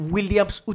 Williams